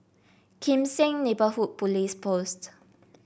Kim Seng Neighbourhood Police Post